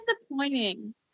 disappointing